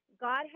God